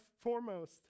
foremost